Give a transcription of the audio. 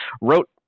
wrote